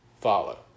follow